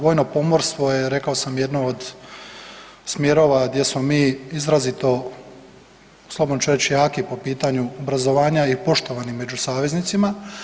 Vojno pomorstvo je rekao sam jedno od smjerova gdje smo mi izrazito, slobodno ću reći, jaki po pitanju obrazovanja i poštovani među saveznicima.